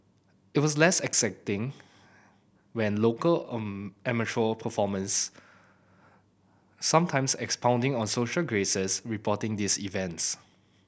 it was less exacting when local amateur performance sometimes expounding on social graces reporting these events